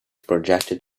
projected